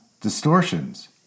distortions